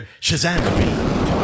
Shazam